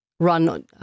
run